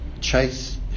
chase